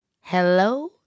Hello